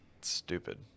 stupid